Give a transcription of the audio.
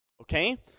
okay